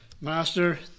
Master